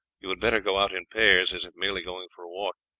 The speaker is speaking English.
you had better go out in pairs as if merely going for a walk.